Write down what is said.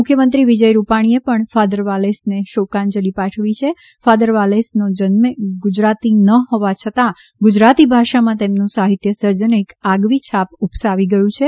મુખ્યમંત્રી વિજય રૂપાણીએ પણ ફાધર વાલેસને શોકાંજલિ પાઠવતાં કહ્યું છે કે ફાધર વોલેસ જન્મે ગુજરાતી ન હોવા છતાં ગુજરાતી ભાષામાં તેમનું સાહિત્ય સર્જન એક આગવી છાપ ઉપસાવી ગયું છે